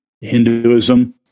Hinduism